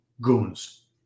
goons